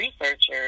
researchers